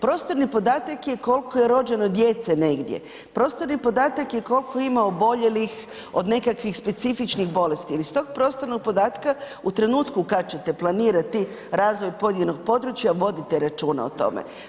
Prostorni podatak je koliko je rođeno djece negdje, prostorni podatak je koliko ima oboljelih od nekakvih specifičnih bolesti iz tog prostornog podatka u trenutku kad ćete planirati razvoj pojedinog područja vodite računa o tome.